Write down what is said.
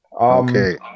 Okay